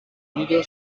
murillo